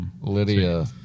Lydia